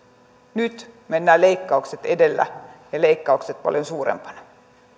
nyt mennään leikkaukset edellä ja leikkaukset paljon suurempina